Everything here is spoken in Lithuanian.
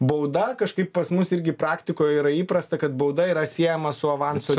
bauda kažkaip pas mus irgi praktikoj yra įprasta kad bauda yra siejama su avansu